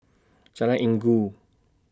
Jalan Inggu